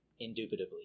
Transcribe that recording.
indubitably